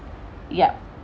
yup